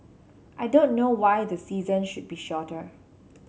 I don't know why the season should be shorter